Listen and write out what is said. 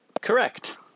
Correct